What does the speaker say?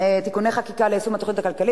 (תיקוני חקיקה ליישום התוכנית הכלכלית